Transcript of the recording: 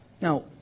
Now